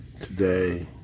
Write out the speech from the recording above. Today